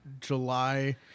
July